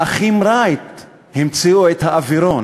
האחים רייט המציאו את האווירון,